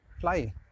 fly